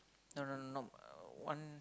no no no not uh one